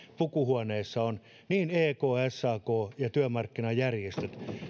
pukuhuoneessa on niin ek sak kuin työmarkkinajärjestöt